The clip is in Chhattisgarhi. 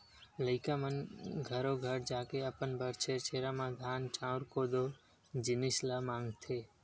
लइका मन घरो घर जाके अपन बर छेरछेरा म धान, चाँउर, कोदो, जिनिस ल मागथे